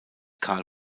carl